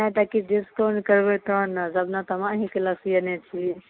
नहि तऽ किछु डिस्काउंट करबै तहन ने सबदिना तऽ हम अहिॅं लग सियेने छी